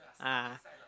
ah